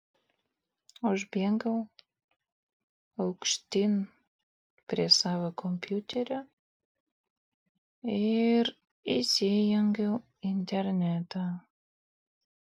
užbėgau aukštyn prie savo kompiuterio ir įsijungiau internetą